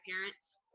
parents